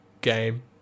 game